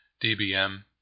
DBM